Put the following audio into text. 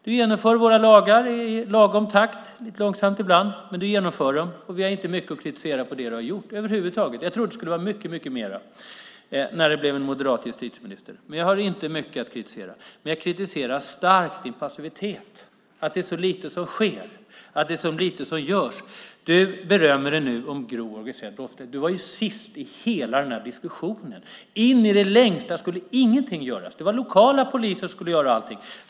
Du genomför vad som är våra lagar i lagom takt - lite långsamt ibland, men du genomför dem. Över huvud taget har vi inte mycket att kritisera när det gäller vad du har gjort. Jag trodde att det skulle vara mycket mycket mer att kritisera när det blev en moderat justitieminister. Jag har alltså inte mycket att kritisera, men jag kritiserar starkt din passivitet - att det är så lite som sker, att det är så lite som görs. Du berömmer dig nu av vad som görs åt den grova organiserade brottsligheten. Men du var ju sist i hela den diskussionen. In i det längsta skulle ingenting göras. Lokala poliser skulle göra allting.